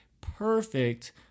perfect